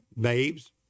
babes